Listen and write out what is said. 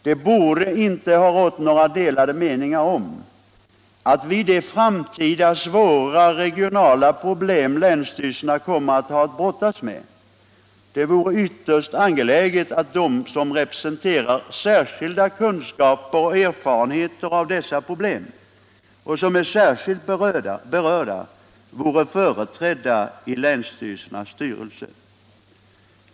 Det borde inte ha rått några delade meningar om att vid de framtida svåra regionala problem länsstyrelserna kommer att ha att brottas med det vore ytterst angeläget att de som representerar särskilda kunskaper och erfarenheter av dessa problem, och som är särskilt berörda, vore företrädda i länsstyrelsernas styrelse.